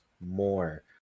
more